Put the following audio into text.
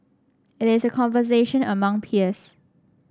it is a conversation among peers